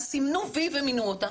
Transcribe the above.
אז סימנו וי ומינו אותה,